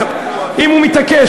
אם הוא מתעקש,